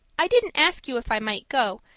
i didn't ask you if i might go,